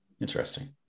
Interesting